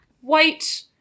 white